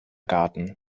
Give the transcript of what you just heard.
garten